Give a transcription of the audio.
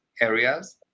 areas